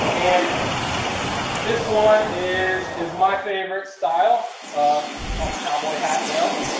and this one is, is my favorite style called a cowboy hat veil,